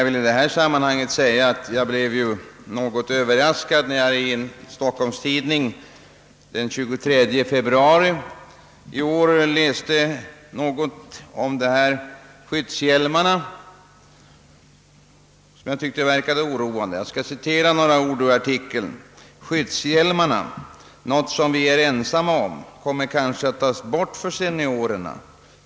I detta sammanhang vill jag säga att jag blev överraskad när jag i en stockholmstidning den 23 februari i år läste något om skyddshjälmarna som jag tyckte verkade oroande. Jag skall citera några ord ur artikeln: »Skyddshjälmarna — nå't som vi är ensamma om — kommer kanske att tas bort för seniorerna.